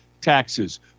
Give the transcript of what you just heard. taxes